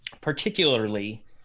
particularly